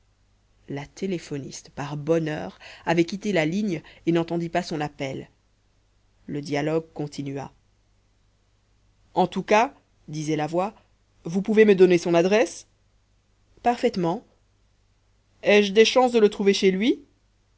la téléphoniste par bonheur avait quitté la ligne et n'entendit pas son appel le dialogue continua en tous cas disait la voix vous pouvez me donner son adresse parfaitement ai-je des chances de le trouver chez lui